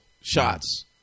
shots